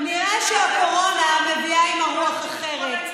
נראה שהקורונה מביאה עימה רוח אחרת.